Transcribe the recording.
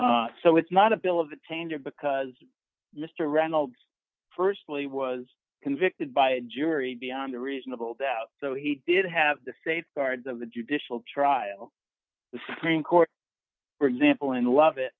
tent so it's not a bill of attainder because mr reynolds firstly was convicted by a jury beyond a reasonable doubt so he did have the safeguards of the judicial trial the supreme court for example and love it